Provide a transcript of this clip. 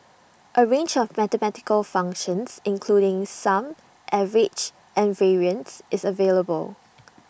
A range of mathematical functions including sum average and variance is available